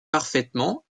parfaitement